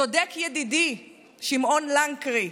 צודק ידידי שמעון לנקרי,